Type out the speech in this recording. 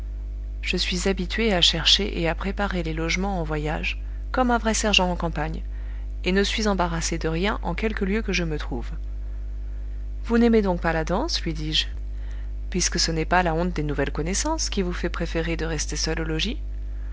je suis habituée à chercher et à préparer les logements en voyage comme un vrai sergent en campagne et ne suis embarrassée de rien en quelque lieu que je me trouve vous n'aimez donc pas la danse lui dis-je puisque ce n'est pas la honte des nouvelles connaissances qui vous fait préférer de rester seule au logis